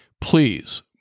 please